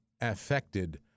affected